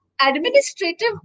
administrative